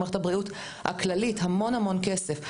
למערכת הבריאות הכללית המון-המון כסף.